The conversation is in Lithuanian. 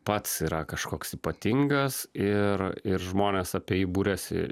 pats yra kažkoks ypatingas ir ir žmonės apie jį buriasi